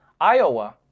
Iowa